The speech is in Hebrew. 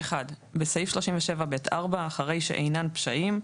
(1)בסעיף 37(ב)(4), אחרי "שאינן פשעים"